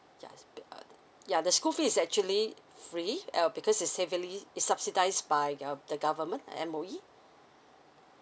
yeah yeah the school fee is actually free uh because it's heavily is subsidised by uh the government M_O_E